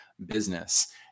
Business